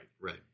right